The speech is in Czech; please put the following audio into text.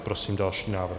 Prosím další návrh.